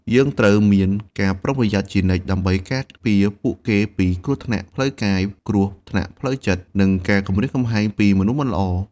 យើងត្រូវមានការប្រុងប្រយ័ត្នជានិច្ចដើម្បីការពារពួកគេពី គ្រោះថ្នាក់ផ្លូវកាយ គ្រោះថ្នាក់ផ្លូវចិត្ត និងការគំរាមកំហែងពីមនុស្សមិនល្អ។